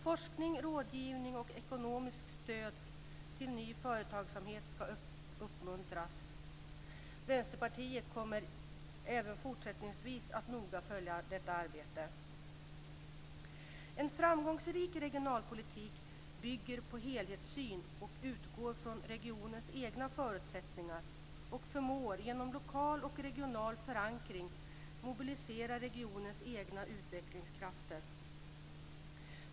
Forskning, rådgivning och ekonomiskt stöd till ny företagsamhet ska uppmuntras. Vänsterpartiet kommer även fortsättningsvis att noga följa detta arbete. En framgångsrik regionalpolitik bygger på helhetssyn och utgår från regionens egna förutsättningar och förmår genom lokal och regional förankring mobilisera regionens egna utvecklingskrafter.